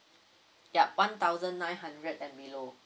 ya one thousand nine hundred and below